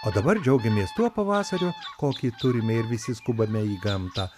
o dabar džiaugiamės tuo pavasariu kokį turime ir visi skubame į gamtą